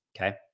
Okay